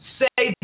say